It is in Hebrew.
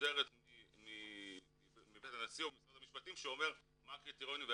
מסודרת מבית הנשיא או ממשרד המשפטים שאומרת מה הקריטריונים.